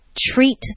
treat